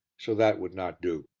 so that would not do.